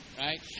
right